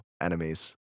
enemies